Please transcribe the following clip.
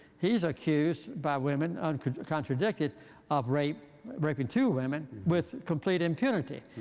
he's accused by women, uncontradicted, of raping raping two women with complete impunity,